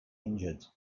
injured